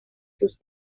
sus